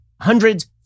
hundreds